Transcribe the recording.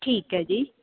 ਠੀਕ ਹੈ ਜੀ